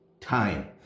time